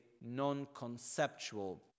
non-conceptual